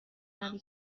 روی